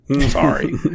Sorry